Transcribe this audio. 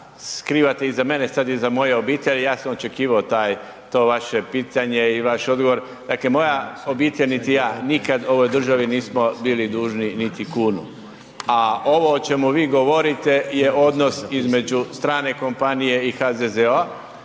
skrivate iza mene, sad iza moje obitelji, ja sam očekivao taj, to vaše pitanje i vaš odgovor. Dakle, moja obitelj niti ja nikad ovoj državi nismo bili dužni niti kunu, a ovo o čemu vi govorite je odnos između strane kompanije i HZZO-a.